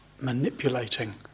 manipulating